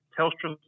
Telstra